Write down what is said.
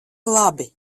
labi